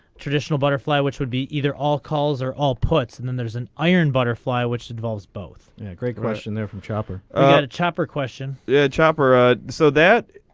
traditional butterfly which would be either all calls are all puts and and there's an iron butterfly which involves both. a great question there from chopper. a chopper question yeah chopper ah so that.